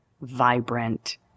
vibrant